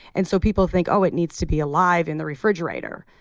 and so, people think, oh, it needs to be alive in the refrigerator.